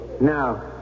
Now